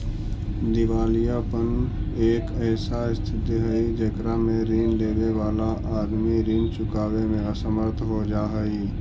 दिवालियापन एक ऐसा स्थित हई जेकरा में ऋण लेवे वाला आदमी ऋण चुकावे में असमर्थ हो जा हई